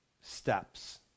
steps